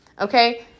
okay